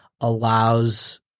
allows